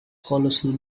colossal